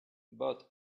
but